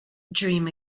dream